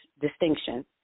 distinction